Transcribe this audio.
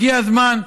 הגיע הזמן,